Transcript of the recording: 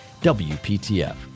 WPTF